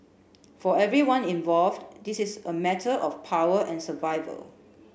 for everyone involved this is a matter of power and survival